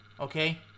Okay